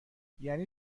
یعنی